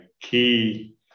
key